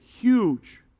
huge